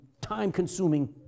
time-consuming